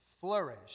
flourish